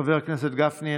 חבר הכנסת גפני,